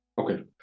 Okay